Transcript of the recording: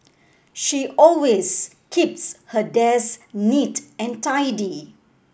she always keeps her desk neat and tidy